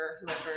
whoever